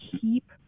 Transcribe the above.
keep